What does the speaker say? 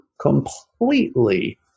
completely